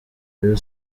rayon